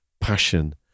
passion